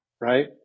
right